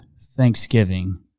Thanksgiving